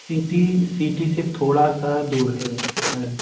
city city से थोड़ा सा दूर है मैडम